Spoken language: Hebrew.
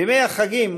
בימי החגים,